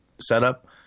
setup